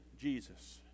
Jesus